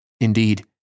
Indeed